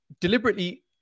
deliberately